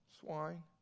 swine